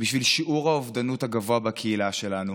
בשביל שיעור האובדנות הגבוה בקהילה שלנו,